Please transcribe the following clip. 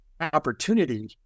opportunity